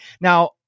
Now